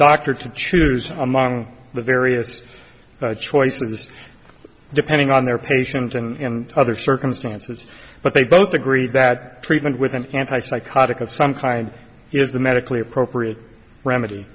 doctor to choose among the various choices depending on their patient and other circumstances but they both agree that treatment with an anti psychotic of some kind is the medically appropriate remedy